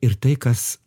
ir tai kas